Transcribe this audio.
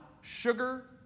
sugar